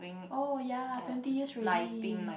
oh ya twenty years ready